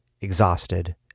exhausted